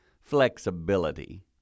flexibility